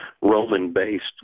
Roman-based